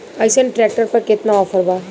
अइसन ट्रैक्टर पर केतना ऑफर बा?